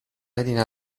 harina